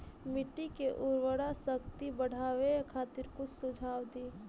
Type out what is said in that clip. मिट्टी के उर्वरा शक्ति बढ़ावे खातिर कुछ सुझाव दी?